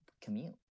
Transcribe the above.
commute